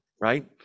Right